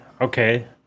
okay